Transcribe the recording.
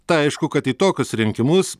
tai aišku kad į tokius rinkimus